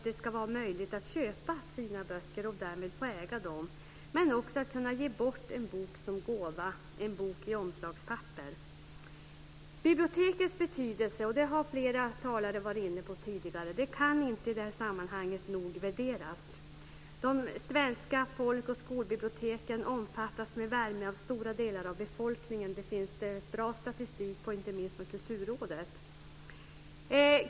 Det ska vara möjligt att köpa sina böcker och därmed äga dem men också att ge en bok som gåva, en bok i omslagspapper. Bibliotekens betydelse, det har flera talare varit inne på tidigare, kan inte värderas högt nog i det här sammanhanget. De svenska folk och skolbiblioteken omfattas med värme av stora delar av befolkningen. Det finns det bra statistik på, inte minst från Kulturrådet.